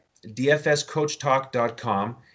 dfscoachtalk.com